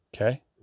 Okay